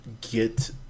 get